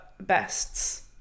bests